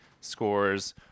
scores